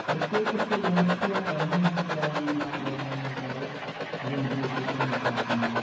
प्रत्येकस्य ग्रहस्य प्रमेयः इत्यादीनां रोगानां विचारे ग्रन्थेषु वर्णिताः सन्ति